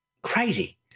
Crazy